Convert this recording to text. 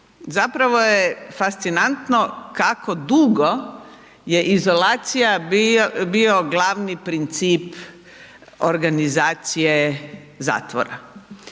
Zapravo je fascinantno kako dugo je izolacija bio glavni princip organizacije zatvora.